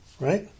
Right